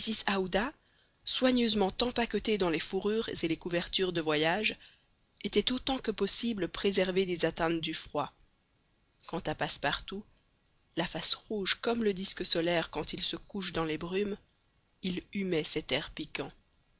soigneusement empaquetée dans les fourrures et les couvertures de voyage était autant que possible préservée des atteintes du froid quant à passepartout la face rouge comme le disque solaire quand il se couche dans les brumes il humait cet air piquant